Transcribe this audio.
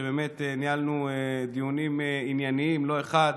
שבאמת ניהלנו דיונים ענייניים לא אחת.